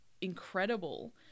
incredible